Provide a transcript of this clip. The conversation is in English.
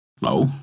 lo